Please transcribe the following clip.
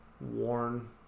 worn